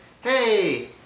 Hey